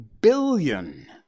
billion